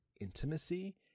intimacy